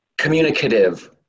communicative